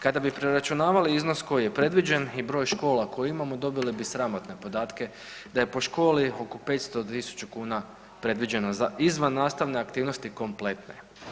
Kada bi preračunavali iznos koji je predviđen i broj škola koji imamo dobili bi sramotne podatke da je po školi oko 500.000 kuna predviđeno za izvannastavne aktivnosti kompletne.